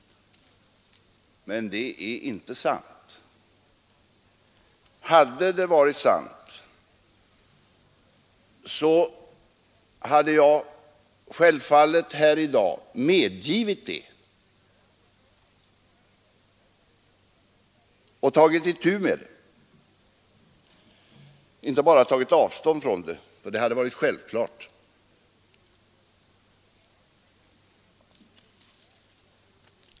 Men det är inte sant. Hade det varit sant, hade jag självfallet här i dag medgivit det och tagit itu med det — inte bara tagit avstånd från det, för det hade varit självklart.